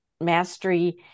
mastery